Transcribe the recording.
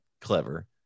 clever